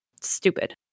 Stupid